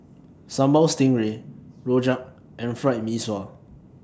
Sambal Stingray Rojak and Fried Mee Sua